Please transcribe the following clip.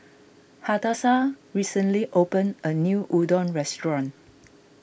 Hadassah recently opened a new Udon restaurant